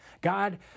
God